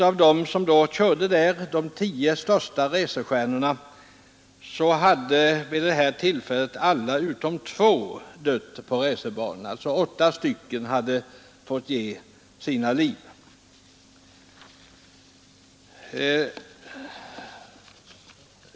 Av de tio racerstjärnor som där deltog hade nu alla utom två dödats på racerbanorna; alltså hade åtta stycken fått ge sina liv.